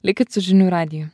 likit su žinių radiju